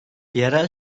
yerel